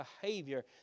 behavior